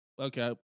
okay